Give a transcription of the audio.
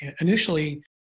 Initially